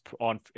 on